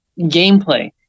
Gameplay